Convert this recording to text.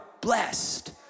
blessed